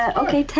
ah okay, ten.